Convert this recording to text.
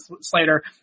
Slater